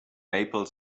maple